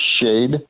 shade